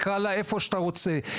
תקרא לה איך שאתה רוצה.